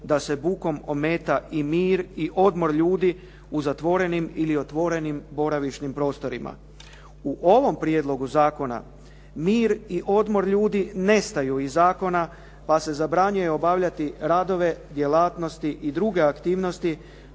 da se bukom ometa i mir i odmor ljudi u zatvorenim ili otvorenim boravišnim prostorima. U ovom prijedlogu zakona mir i odmor ljudi nestaju iz zakona pa se zabranjuje obavljati radove, djelatnosti i druge aktivnosti